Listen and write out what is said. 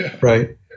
right